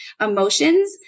emotions